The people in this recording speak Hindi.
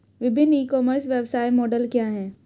विभिन्न ई कॉमर्स व्यवसाय मॉडल क्या हैं?